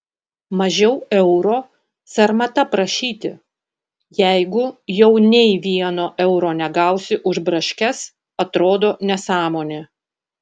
mažiau euro sarmata prašyti jeigu jau nei vieno euro negausi už braškes atrodo nesąmonė